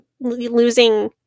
losing